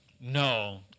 No